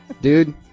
dude